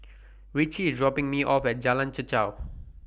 Ritchie IS dropping Me off At Jalan Chichau